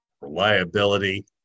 reliability